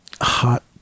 Hot